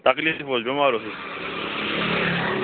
تکلیٖف بیمار اوسُس